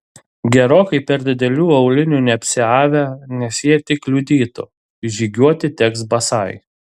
gerokai per didelių aulinių neapsiavė nes jie tik kliudytų žygiuoti teks basai